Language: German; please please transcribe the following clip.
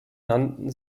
nannten